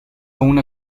aún